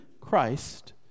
Christ